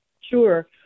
Sure